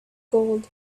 gold